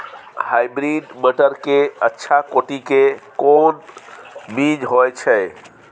Hybrid मटर के अच्छा कोटि के कोन बीज होय छै?